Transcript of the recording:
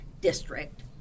district